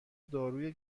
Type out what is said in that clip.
داروی